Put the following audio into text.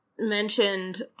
mentioned